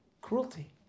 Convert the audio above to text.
cruelty